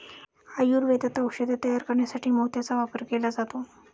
आयुर्वेदात औषधे तयार करण्यासाठी मोत्याचा वापर केला जातो